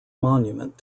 monument